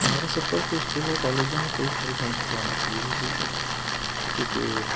भारत सरकार को स्कूलों कॉलेजों में कई सारे गेम खेलवाना चाहिए जैसे की क्रिकेट